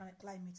climate